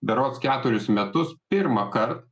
berods keturis metus pirmąkart